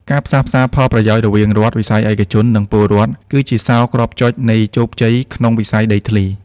ការផ្សះផ្សាផលប្រយោជន៍រវាងរដ្ឋ វិស័យឯកជន និងពលរដ្ឋ គឺជាសោរគ្រាប់ចុចនៃជោគជ័យក្នុងវិស័យដីធ្លី។